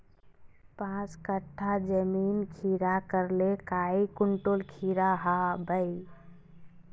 पाँच कट्ठा जमीन खीरा करले काई कुंटल खीरा हाँ बई?